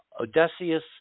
Odysseus